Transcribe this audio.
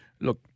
look